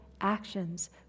actions